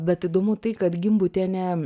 bet įdomu tai kad gimbutienė